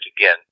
again